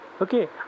Okay